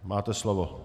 Máte slovo.